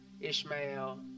Ishmael